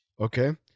okay